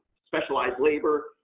specialized labor.